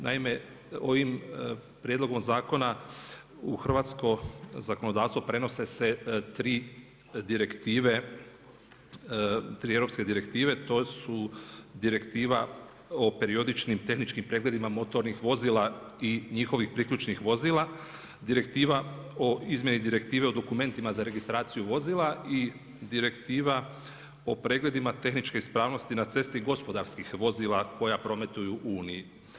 Naime, ovim prijedlogom zakona, u hrvatsko zakonodavstvo, prenose se 3 europske direktive, to su Direktiva o periodičkim tehničkim pregledima motornim vozilima i njihovih priključnih vozila, Direktiva o izmjeni Direktive o dokumentima za registraciju vozila i Direktiva o pregledima tehničke ispravnosti na cesti gospodarskih vozila koja prometuju u Uniji.